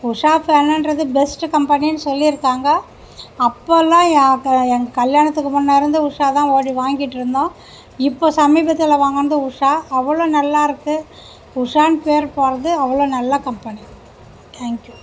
உஷா ஃபேனுன்றது பெஸ்ட்டு கம்பெனின்னு சொல்லியிருக்காங்க அப்போல்லாம் எங்கள் கல்யாணத்துக்கு முன்னே இருந்து உஷா தான் ஓடி வாங்கிகிட்ருந்தோம் இப்போ சமீபத்தில் வாங்கினது உஷா அவ்வளோ நல்லாயிருக்கு உஷான்னு பேர் போடுவது அவ்வளோ நல்ல கம்பெனி தேங்க்யூ